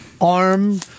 arm